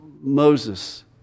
Moses